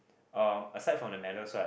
um aside from the medals right